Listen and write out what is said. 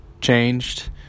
changed